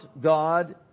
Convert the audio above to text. God